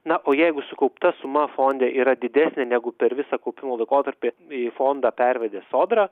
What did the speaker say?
na o jeigu sukaupta suma fonde yra didesnė negu per visą kaupimo laikotarpį į fondą pervedė sodra